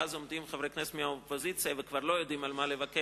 ואז עומדים חברי כנסת מהאופוזיציה וכבר לא יודעים את מה לבקר,